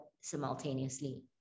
simultaneously